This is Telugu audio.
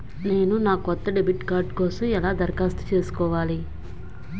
నేను నా కొత్త డెబిట్ కార్డ్ కోసం ఎలా దరఖాస్తు చేసుకోవాలి?